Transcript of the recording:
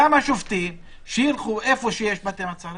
כמה שופטים שילכו לבתי מעצר.